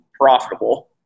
profitable